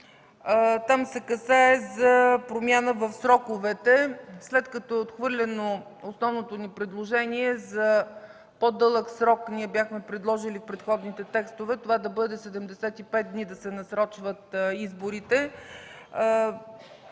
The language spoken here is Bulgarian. там се касае за промяна в сроковете. След като е отхвърлено основното ни предложение за по-дълъг срок – ние бяхме предложили в предходните текстове това да бъде 75 дни да се насрочват изборите,